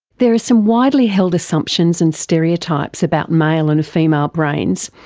there are some widely held assumptions and stereotypes about male and female brains.